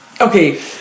Okay